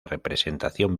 representación